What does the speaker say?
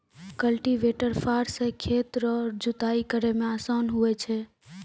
cultivator फार से खेत रो जुताइ करै मे आसान हुवै छै